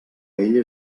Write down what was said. ell